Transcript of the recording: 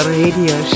radio